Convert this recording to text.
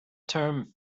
term